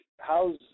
how's